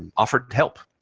offered help.